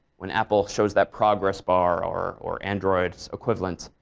when apple shows that progress bar or or android equivalent,